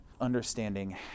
understanding